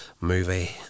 movie